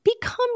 become